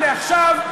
הנה עכשיו,